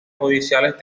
judiciales